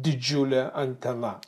didžiulė antena